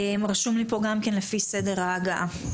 רשום לי פה גם לפי סדר ההגעה.